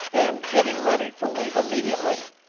and getting ready to leave immediately.